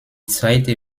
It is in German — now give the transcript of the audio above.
zweite